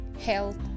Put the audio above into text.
health